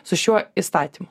su šiuo įstatymu